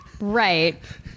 Right